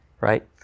right